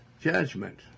judgment